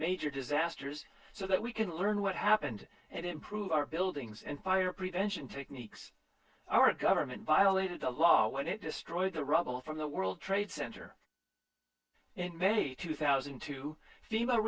major disasters so that we can learn what happened and improve our buildings and fire prevention techniques our government violated the law when it destroyed the rubble from the world trade center and they two thousand to thema